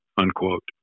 unquote